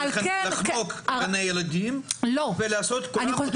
לחנוק גני ילדים ולעשות את כולם אותו דבר,